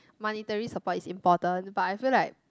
monetary support is important but I feel like